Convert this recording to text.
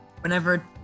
Whenever